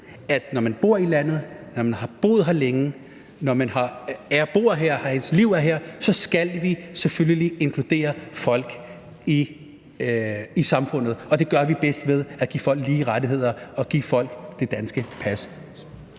at når man bor i landet, når man har boet her længe og ens liv er her, så skal vi selvfølgelig inkludere folk i samfundet. Og det gør vi bedst ved, at de får lige rettigheder – at vi giver folk det danske pas.